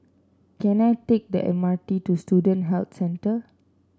can I take the M R T to Student Health Centre